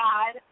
God